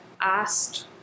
asked